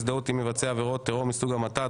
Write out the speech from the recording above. הזדהות עם מבצע עבירת טרור מסוג המתה),